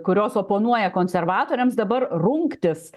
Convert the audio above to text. kurios oponuoja konservatoriams dabar rungtis